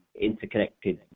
interconnected